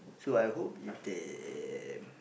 so I hope if they